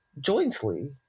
jointly